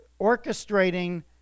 orchestrating